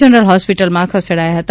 general હોસ્પિટલમાં ખસેડાયા હતા